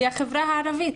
היא החברה הערבית.